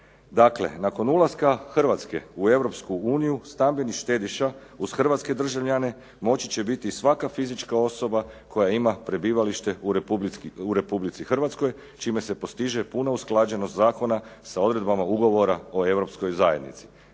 Dakle, nakon ulaska Hrvatske u Europsku uniju stambeni štediša uz hrvatske državljane moći će biti svaka fizička osoba koja ima prebivalište u Republici Hrvatskoj čime se postiže puna usklađenost zakona sa odredbama ugovora o Europskoj zajednici,